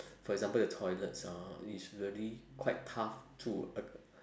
for example the toilets ah it's really quite tough to ad~